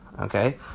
Okay